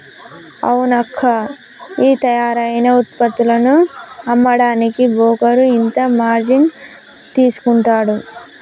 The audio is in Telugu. అవునక్కా ఈ తయారైన ఉత్పత్తులను అమ్మడానికి బోకరు ఇంత మార్జిన్ తీసుకుంటాడు